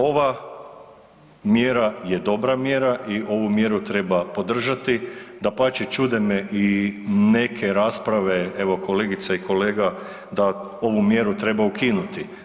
Ova mjera je dobra mjera i ovu mjeru treba podržati, dapače čude me i neke rasprave evo kolegica i kolega da ovu mjeru treba ukinuti.